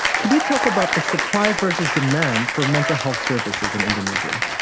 could you talk about the supply versus demand for mental health services in indonesia?